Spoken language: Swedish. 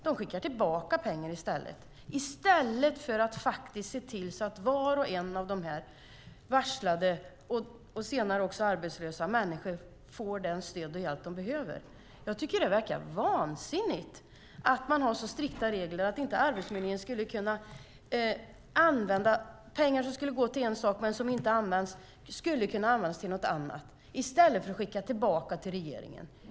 De skickar tillbaka pengar i stället för att se till att var och en av de varslade och senare också arbetslösa människorna får det stöd och den hjälp som de behöver. Jag tycker att det är vansinnigt att man har så strikta regler att Arbetsförmedlingen inte skulle kunna använda pengar, som var avsedda för en sak men inte använts, till något annat i stället för att skicka tillbaka dem till regeringen.